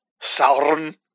Sauron